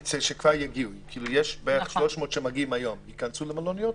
יש בערך 300 שמגיעים היום הם ייכנסו למלוניות?